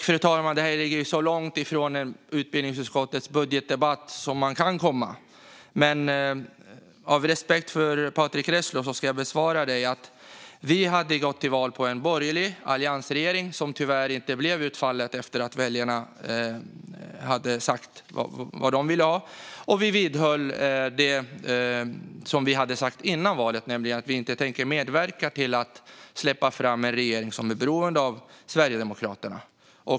Fru talman! Det här ligger ju så långt från utbildningsutskottets budgetdebatt som man kan komma. Men av respekt för Patrick Reslow ska jag besvara frågan. Vi gick till val på en borgerlig alliansregering, som tyvärr inte blev fallet efter att väljarna hade sagt vad de ville ha, och vidhöll det som vi hade sagt före valet, nämligen att vi inte tänkte medverka till att släppa fram en regering som är beroende av Sverigedemokraterna.